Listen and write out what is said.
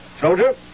Soldier